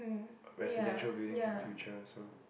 residential buildings in future so